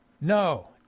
no